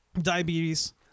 diabetes